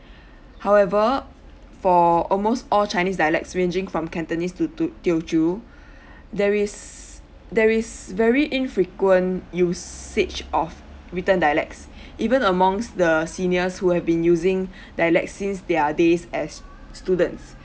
however for almost all chinese dialects ranging from cantonese to to teochew there is there is very infrequent usage of written dialects even amongst the seniors who have been using dialects since their days as students